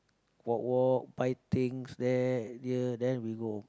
walk walk buy things there here then we go